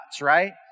right